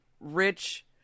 rich